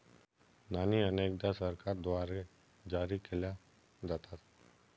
नाणी अनेकदा सरकारद्वारे जारी केल्या जातात